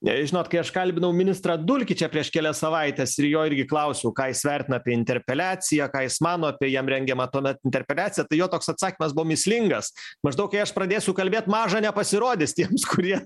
žinot kai aš kalbinau ministrą dulkį čia prieš kelias savaites ir jo irgi klausiau ką jis vertina apie interpeliaciją ką jis mano apie jam rengiamą tuomet interpeliaciją tai jo toks atsakymas buvo mįslingas maždaug jei aš pradėsiu kalbėt maža nepasirodys tiems kurie